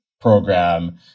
program